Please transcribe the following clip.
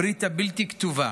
הברית הבלתי-כתובה